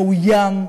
מאוים,